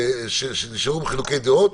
שנשארו עם חילוקי דעות.